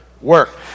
work